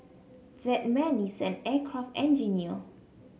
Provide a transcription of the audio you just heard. that man is an aircraft engineer